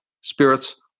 spirit's